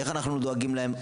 איך אנחנו דואגים להם?